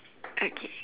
okay